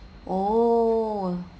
oh